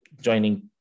joining